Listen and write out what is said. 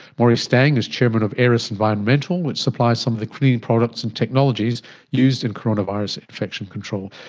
maurie stang is chairman of aeris environmental that supplies some of the cleaning products and technologies used in coronavirus infection control.